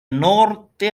norte